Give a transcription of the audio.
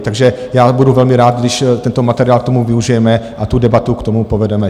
Takže já budu velmi rád, když tento materiál k tomu využijeme a tu debatu k tomu povedeme.